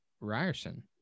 Ryerson